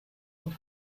und